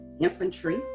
Infantry